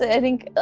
i think